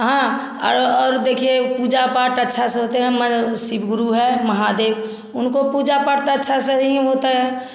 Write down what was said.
हाँ और और देखिए पूजा पाठ अच्छा से होता मन शिव गुरू है महादेव उनको पूजा पाठ तो अच्छा से ही होता है